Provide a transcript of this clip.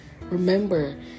remember